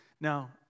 Now